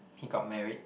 he got married